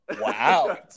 Wow